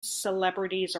celebrities